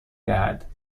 دهد